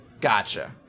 gotcha